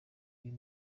uyu